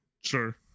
Sure